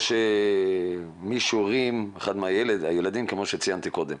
או שמישהו ענה, אחד מהילדים, כפי שציינתי קודם,